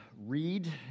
read